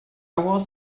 was